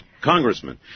Congressman